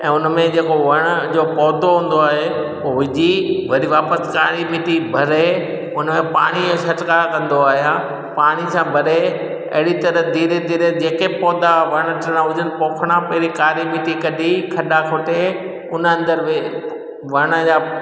ऐं हुन में जेको वण जो पौधो हूंदो आहे हुओ विझी वरी वापसि कारी मिटी भरे हुन खे पाणी जा सचकारा कंदो आहे आहियां पाणी सां भरे अहिड़ी तराह धीरे धीरे जेके पौधा वण अचणा हुजनि पोखणा पहिरीं कारी मिटी कॾी खॾो खोदे हुन अंदर हुए वण जा